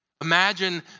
Imagine